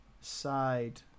Side